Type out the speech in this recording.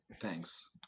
Thanks